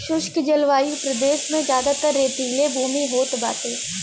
शुष्क जलवायु प्रदेश में जयादातर रेतीली भूमि होत बाटे